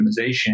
optimization